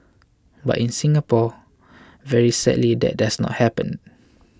but in Singapore very sadly that doesn't happen